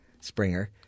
Springer